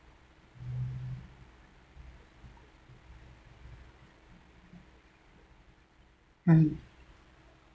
mm